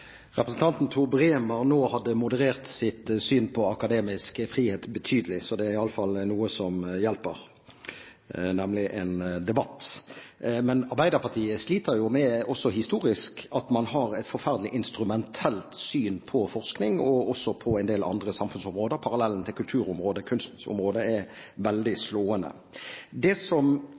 representanten Tor Bremer nå har moderert sitt syn på den akademiske frihet betydelig. Så det er iallfall noe som hjelper, nemlig en debatt. Men Arbeiderpartiet sliter jo også historisk med at man har et forferdelig instrumentelt syn på forskning og også på en del samfunnsområder. Parallellen til kulturområdet og kunstområdet er veldig slående. Det som